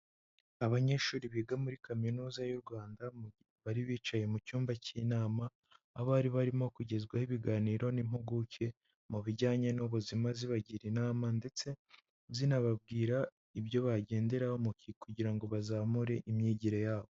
Abanyeshuri biga muri Kaminuza y'u Rwanda, bari bicaye mu cyumba cy'inama aho bari barimo kugezwaho ibiganiro n'impuguke mu bijyanye n'ubuzima, zibagira inama ndetse zinababwira ibyo bagenderaho kugira ngo bazamure imyigire yabo.